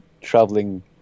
traveling